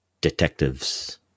Detectives